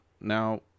now